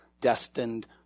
destined